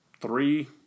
three